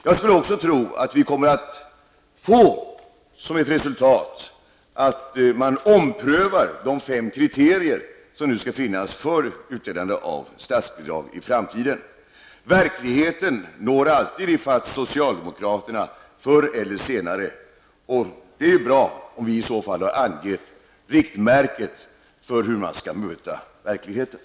Jag skulle tro att vi kommer att få som ett resultat att man omprövar de fem kriterier som nu skall finnas för utdelande av statsbidrag i framtiden. Verkligheten når alltid i fatt socialdemokraterna förr eller senare. Det är bra om vi i så fall har kunnat ge riktmärket för hur verkligheten skall mötas.